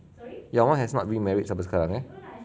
your mum has not remarried sampai sekarang eh